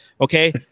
Okay